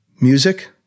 Music